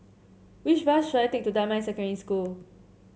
which bus should I take to Damai Secondary School